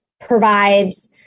provides